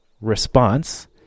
response